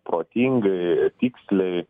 protingai tiksliai